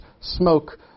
smoke